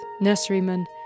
nurseryman